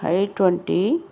I twenty